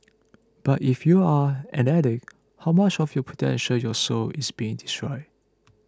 but if you're an addict how much of your potential your soul is being destroyed